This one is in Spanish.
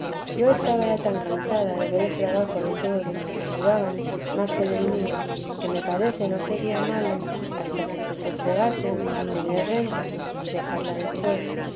yo estaba ya tan cansada de ver el trabajo de todos los que me ayudaban más que del mío que me parecía no sería malo hasta que se sosegasen tener renta y dejarla después